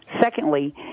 secondly